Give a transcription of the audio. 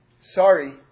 Sorry